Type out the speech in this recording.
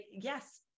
yes